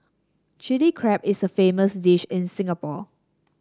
Chilli Crab is a famous dish in Singapore